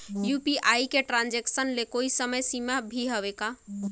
UPI के transaction ले कोई समय सीमा भी हवे का?